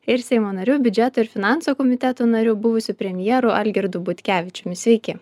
ir seimo nariu biudžeto ir finansų komiteto nariu buvusiu premjeru algirdu butkevičiumi sveiki